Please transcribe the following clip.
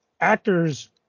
actors